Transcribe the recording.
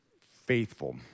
faithful